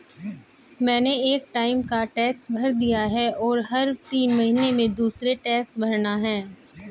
मैंने एक टाइम का टैक्स भर दिया है, और हर तीन महीने में दूसरे टैक्स भरना है